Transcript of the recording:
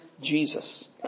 Jesus